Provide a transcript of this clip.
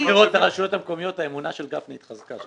אחרי הבחירות לרשויות המקומיות האמונה של גפני התחזקה.